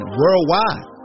worldwide